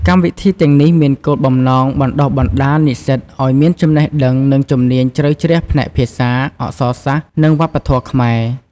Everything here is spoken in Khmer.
កម្មវិធីទាំងនេះមានគោលបំណងបណ្តុះបណ្តាលនិស្សិតឱ្យមានចំណេះដឹង និងជំនាញជ្រៅជ្រះផ្នែកភាសា អក្សរសាស្ត្រ និងវប្បធម៌ខ្មែរ។